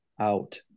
out